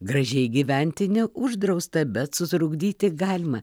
gražiai gyventi neuždrausta bet sutrukdyti galima